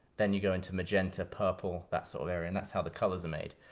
then you go into magenta, purple, that sort of area, and that's how the colors are made.